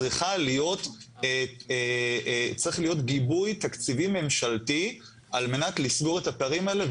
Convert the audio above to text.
צריך להיות גיבוי תקציבי ממשלתי על מנת לסגור את הפערים האלה,